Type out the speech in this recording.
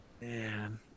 Man